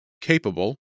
capable